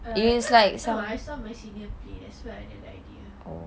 ya that time I saw my senior okay